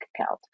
account